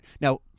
Now